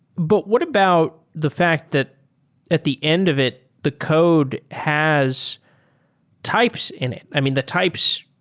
but what about the fact that at the end of it, the code has types in it. i mean, the types,